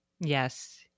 Yes